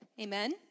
Amen